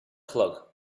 chlog